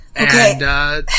Okay